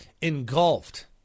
engulfed